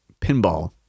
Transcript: pinball